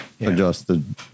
adjusted